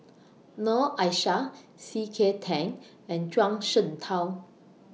Noor Aishah C K Tang and Zhuang Shengtao